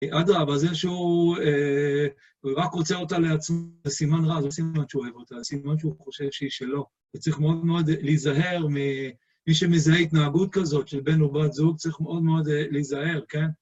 עד רבה, זה שהוא רק רוצה אותה לעצמו, זה סימן רע, זה לא סימן שהוא אוהב אותה, זה סימן שהוא חושב שהיא שלו. וצריך מאוד מאוד להיזהר מי שמזהה התנהגות כזאת של בן ובת זוג, צריך מאוד מאוד להיזהר, כן?